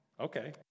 Okay